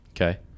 Okay